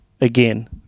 again